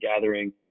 gathering